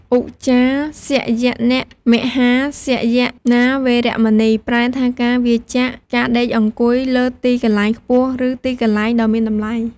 ឧច្ចាសយនមហាសយនា វេរមណី ប្រែថាការវៀរចាកការដេកអង្គុយលើទីកន្លែងខ្ពស់ ឬទីកន្លែងដ៏មានតម្លៃ ។